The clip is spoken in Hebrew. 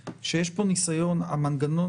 שהמנגנון,